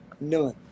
None